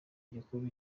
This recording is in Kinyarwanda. gikuru